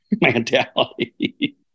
mentality